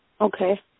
Okay